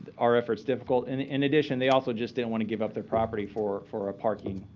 our efforts difficult. and in addition, they also just didn't want to give up their property for for a parking